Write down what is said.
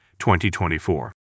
2024